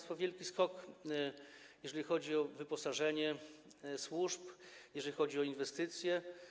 To jest wielki skok, jeśli chodzi o wyposażenie służb, jeżeli chodzi o inwestycje.